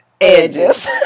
edges